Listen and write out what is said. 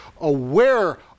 aware